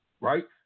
right